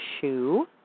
shoe